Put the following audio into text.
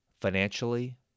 financially